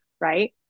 right